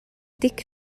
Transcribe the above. dic